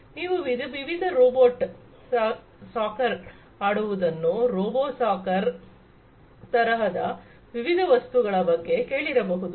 ನೀವು ವಿವಿಧ robot soccer ಆಡುವುದನ್ನು ರೋಬೋ ಸಾಕರ್ ತರಹದ ವಿವಿಧ ವಸ್ತುಗಳ ಬಗ್ಗೆ ಕೇಳಿರಬಹುದು